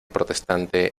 protestante